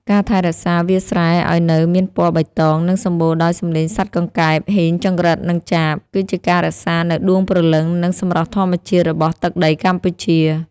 ការថែរក្សាវាលស្រែឱ្យនៅមានពណ៌បៃតង និងសម្បូរដោយសំឡេងសត្វកង្កែប ហ៊ីង ចង្រិត និងចាប គឺជាការរក្សានូវដួងព្រលឹង និងសម្រស់ធម្មជាតិរបស់ទឹកដីកម្ពុជា។